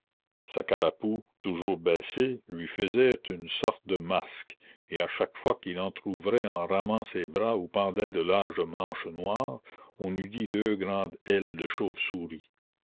sa carapoue toujours baissée lui faisait une sorte de masque et à chaque fois qu'il entrouvrait en ramant ses bras où pendaient de larges manches noires on eût dit deux grandes ailes de chauve-souris